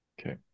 Okay